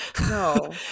No